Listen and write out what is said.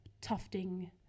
tufting